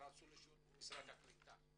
משרד הקליטה.